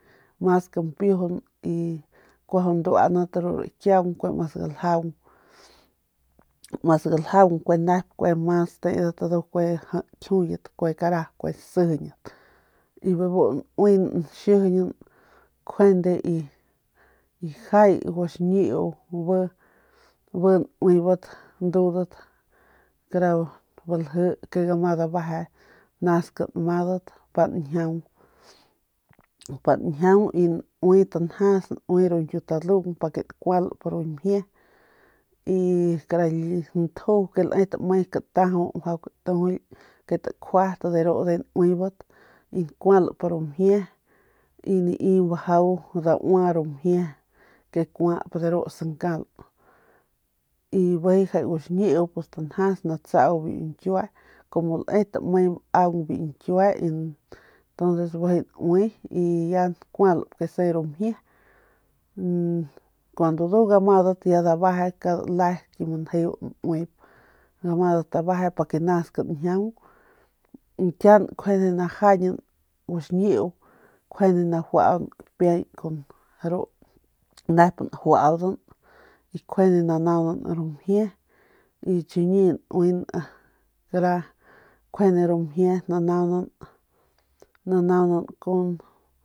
Mas kampijun kuajau nduanat ru rakiaung kue ma sgaljaung ma sgaljaung kue nep mas tedat kue mjau nkjiuyet kue kara kue sasijiñat y bebu nauin naxijiñan kjuende y jay guaxñiu bi nubit ndudat kara balji ke gama dabejent nask nmadat pa njiaung naui tanjas naui ru ñkiutalung pa nkualp ru mjie y kara ntju ke le tame kataju y mjau katujuly ke takjuat de ru ndujuy nauebat y nakualp ru mjie y nai daua ru mjie ke kuap de ru sankal y bijiy jay guaxñiu tanjas natsau biu ñkiue como le tame maaung biu ñkiue y bijiy naue y ya nakualp kese ru mjie kuandu ndu gamadat dabeje kada le biu manjeu nauep gamadat dabeje pa ke nask njiaung y kian kjuande najañin biu guaxñiu najuaunan kapiay kun ru nep njuaudan y nkjuande nanaunan ru mjiey chiñi nauin kara kjuande ru mjie nanaunan nanaunan kun